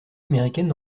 américaine